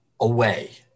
away